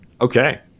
okay